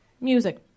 music